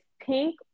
pink